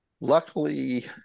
luckily